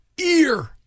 Ear